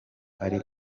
ari